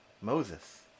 Moses